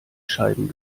scheiben